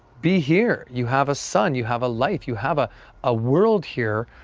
be here, you have a son, you have a life, you have a a world here,